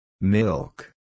Milk